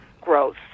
growth